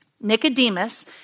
Nicodemus